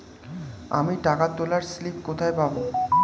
আমি টাকা তোলার স্লিপ কোথায় পাবো?